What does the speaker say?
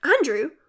Andrew